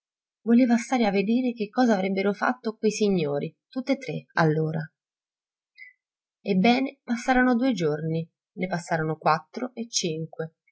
voleva stare a vedere che cosa avrebbero fatto quei signori tutt'e tre allora ebbene passarono due giorni ne passarono quattro e cinque